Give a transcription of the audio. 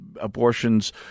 abortions